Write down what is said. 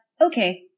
okay